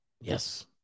Yes